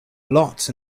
lots